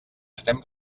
estem